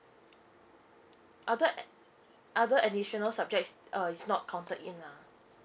other ad~ other additional subject is uh it's not counted in ah